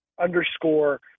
underscore